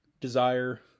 Desire